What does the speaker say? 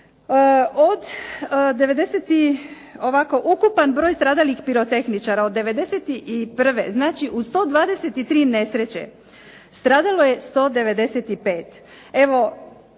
Ukupan broj stradalih pirotehničara, od '91., znači u 123 nesreće stradalo je 195.